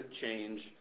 change